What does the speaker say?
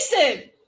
Jason